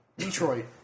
Detroit